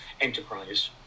enterprise